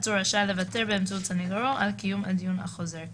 העצור רשאי לוותר באמצעות סניגורו על קיום הדיון החוזר כאמור."